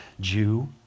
Jew